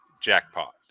Jackpot